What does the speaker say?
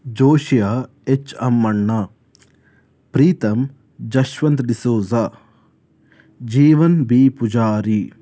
Josiah H Ammanna Preetham Jashwanth D'Souza Jeevan B Poojary